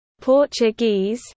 Portuguese